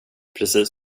precis